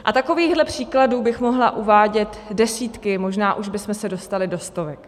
A takových příkladů bych mohla uvádět desítky, možná už bychom se dostali do stovek.